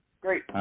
Great